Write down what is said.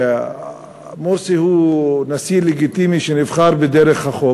שמורסי הוא נשיא לגיטימי שנבחר בדרך החוק,